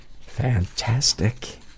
Fantastic